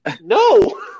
No